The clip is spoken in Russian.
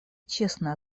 честно